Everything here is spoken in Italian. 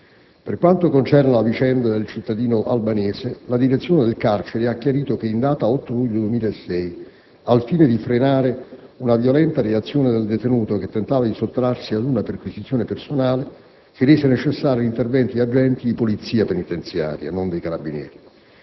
Per quanto concerne la vicenda del cittadino Hamit, la direzione del carcere ha chiarito che, in data 8 luglio 2006, al fine di frenare una violenta reazione del detenuto che tentava di sottrarsi ad una perquisizione personale, si è reso necessario l'intervento di agenti di Polizia penitenziaria (non dei Carabinieri).